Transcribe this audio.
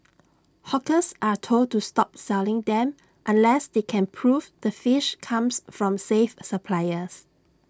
hawkers are told to stop selling them unless they can prove the fish comes from safe suppliers